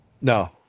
No